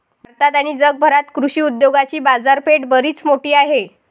भारतात आणि जगभरात कृषी उद्योगाची बाजारपेठ बरीच मोठी आहे